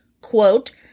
quote